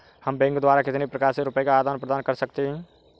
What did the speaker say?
हम बैंक द्वारा कितने प्रकार से रुपये का आदान प्रदान कर सकते हैं?